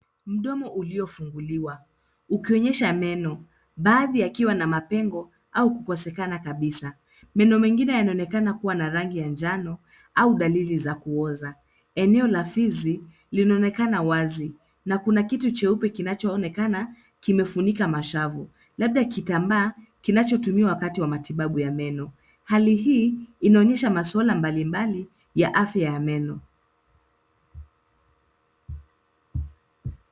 Mdomo uliofunguliwa ukionyesha meno. Baadhi yakiwa na mapengo au kukosekana kabisa. Meno mengine yanaonekana kuwa na rangi ya njano au dalili za kuoza. Eneo la fizi linaonekana wazi na kuna kitu cheupe kinachoonekana kimefunika mashavu. Labda kitambaa kinachotumika wakati wa matibabu ya meno. Hali hii inaonyesha maswala mbali mbali ya afya ya meno.